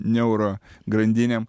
neuro grandinėm